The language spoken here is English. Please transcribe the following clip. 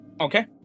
Okay